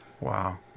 wow